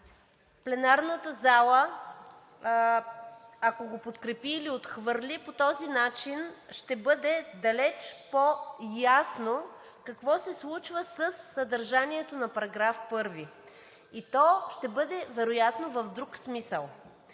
Пленарната зала, ако го подкрепи или отхвърли, по този начин ще бъде далеч по-ясно какво се случва със съдържанието на § 1 и то ще бъде, вероятно, в друг смисъл.